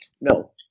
No